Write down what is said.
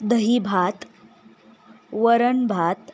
दही भात वरण भात